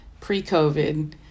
Pre-COVID